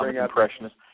impressionist